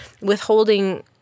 withholding –